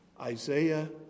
Isaiah